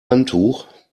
handtuch